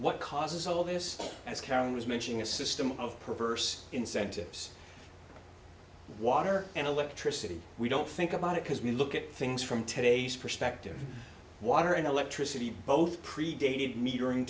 what causes all this as karen was mentioning a system of perverse incentives water and electricity we don't think about it because we look at things from today's perspective water and electricity both pre dated meterin